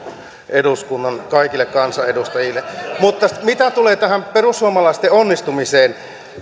eduskunnan kaikille kansanedustajille mutta mitä tulee tähän perussuomalaisten onnistumiseen